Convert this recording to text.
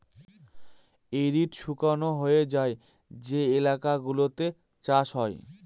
arid শুকনো হয়ে যায় যে এলাকা সেগুলোতে চাষ হয়